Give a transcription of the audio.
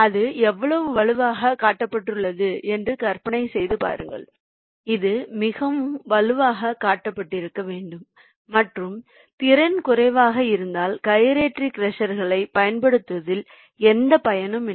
அது எவ்வளவு வலுவாக கட்டப்பட்டுள்ளது என்று கற்பனை செய்து பாருங்கள் இது மிகவும் வலுவாக கட்டப்பட்டிருக்க வேண்டும் மற்றும் திறன் குறைவாக இருந்தால் கைரேட்டரி க்ரஷரைப் பயன்படுத்துவதில் எந்தப் பயனும் இல்லை